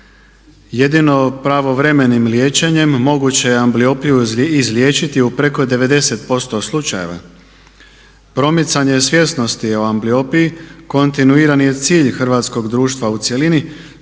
Jedino pravovremenim liječenjem moguće je ambliopiju izliječiti u preko 90% slučajeva. Promicanje svjesnosti o ambliopiji kontinuirani je cilj hrvatskog društva u cjelini,